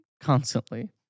constantly